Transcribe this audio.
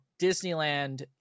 Disneyland